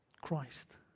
Christ